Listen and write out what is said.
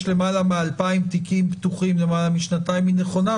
למעלה מ-2,000 תיקים פתוחים למעלה משנתיים היא נכונה.